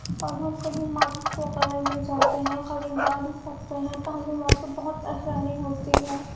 اور ہم کہیں مارکیٹ وغیرہ میں جاتے ہیں خریداری کرتے ہیں تو ہمیں وہاں پہ بہت آسانی ہوتی ہے